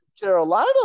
Carolina